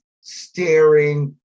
staring